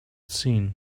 seen